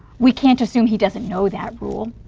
we can't assume he doesn't know that rule,